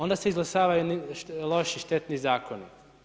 Onda se izglasavaju loši, štetni zakoni.